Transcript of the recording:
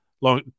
Long